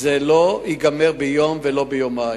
זה לא ייגמר ביום ולא ביומיים.